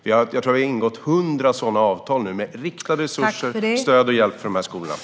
Jag tror att vi har ingått 100 sådana avtal. Det handlar om riktade resurser och stöd och hjälp till de här skolorna.